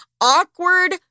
awkward